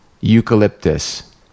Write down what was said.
eucalyptus